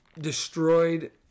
destroyed